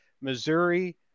Missouri